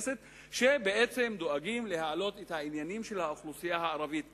שבעצם דואגים להעלות בכנסת את העניינים של האוכלוסייה הערבית כאן.